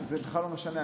זה בכלל לא משנה.